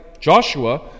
Joshua